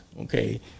okay